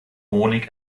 honig